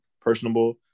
personable